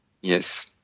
Yes